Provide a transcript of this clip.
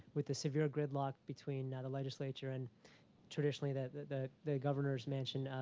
with the severe gridlock between the legislature and traditionally the the governor's mansion,